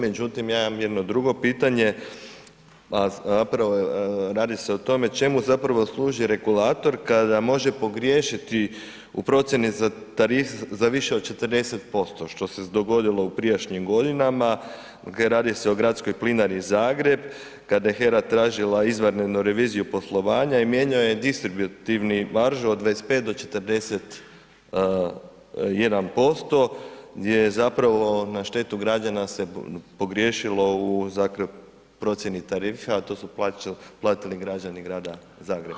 Međutim, ja imam jedno drugo pitanje, a zapravo radi se o tome čemu zapravo služi regulator kada može pogriješiti u procjeni za tarife za više od 40%, što se dogodilo u prijašnjim godinama, radi se o Gradskoj plinari Zagreb kada je HERA tražila izvanrednu reviziju poslovanja i mijenjao je distributivnu maržu od 25 do 41% gdje je zapravo na štetu građana se pogriješilo u procjeni tarife, a to su platili građani Grada Zagreba.